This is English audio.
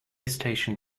station